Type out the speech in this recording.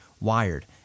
Wired